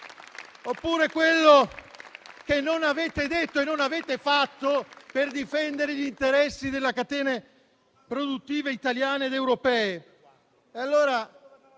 oppure quello che non avete detto e non avete fatto per difendere gli interessi delle catene produttive italiane ed europee;